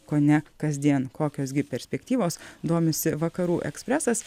kone kasdien kokios gi perspektyvos domisi vakarų ekspresas